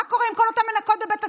מה קורה עם כל אותן מנקות בבית הספר?